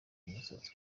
musatsi